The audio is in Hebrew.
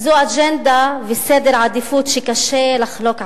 אלו אג'נדה וסדר עדיפויות שקשה לחלוק עליהם.